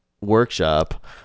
workshop